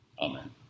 amen